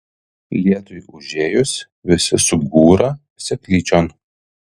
lietui užėjus visi sugūra seklyčion